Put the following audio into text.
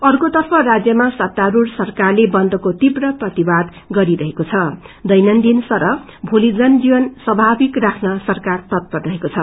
अर्कोतर्फ राज्यमा सत्तारूढ़ सरकरले बन्दको तीव्र प्रतिवाद गरिरहेको छ दैन न दिन सरह भोली जनजीवन स्वभाविक राख्न सरकार तत्पर रहेको छ